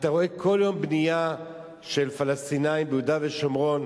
אתה רואה כל יום בנייה של פלסטינים ביהודה ושומרון,